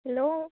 hello